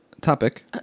Topic